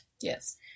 Yes